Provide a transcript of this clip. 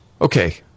Okay